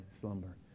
slumber